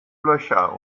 löcher